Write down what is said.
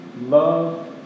love